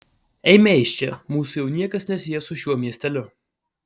eime iš čia mūsų jau niekas nesieja su šiuo miesteliu